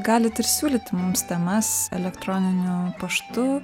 galit ir siūlyti mums temas elektroniniu paštu